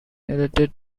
related